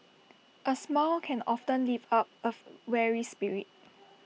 A smile can often lift up of weary spirit